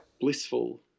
blissful